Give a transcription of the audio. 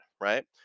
Right